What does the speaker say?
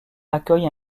accueille